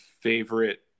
favorite